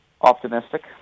optimistic